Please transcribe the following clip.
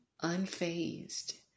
unfazed